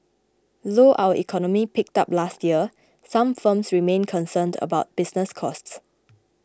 though our economy picked up last year some firms remain concerned about business costs